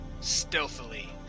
stealthily